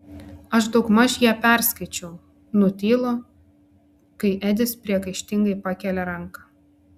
aš daugmaž ją perskaičiau nutylu kai edis priekaištingai pakelia ranką